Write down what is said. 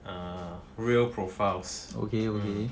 err real profiles ya